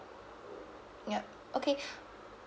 yup okay